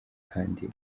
kandi